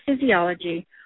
physiology